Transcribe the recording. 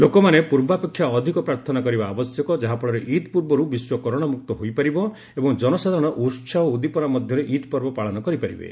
ଲୋକମାନେ ପୂର୍ବାପେକ୍ଷା ଅଧିକ ପ୍ରାର୍ଥନା କରିବା ଆବଶ୍ୟକ ଯାହା ଫଳରେ ଇଦ୍ ପୂର୍ବରୁ ବିଶ୍ୱ କରୋନା ମୁକ୍ତ ହୋଇପାରିବ ଏବଂ ଜନସାଧାରଣ ଉତ୍ସାହ ଓ ଉଦ୍ଦୀପନା ମଧ୍ୟରେ ଇଦ୍ ପର୍ବ ପାଳନ କରିପାରିବେ